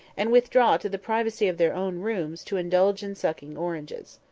and withdraw to the privacy of their own rooms to indulge in sucking oranges.